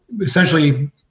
essentially